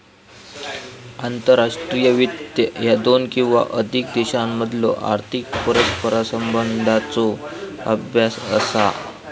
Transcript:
आंतरराष्ट्रीय वित्त ह्या दोन किंवा अधिक देशांमधलो आर्थिक परस्परसंवादाचो अभ्यास असा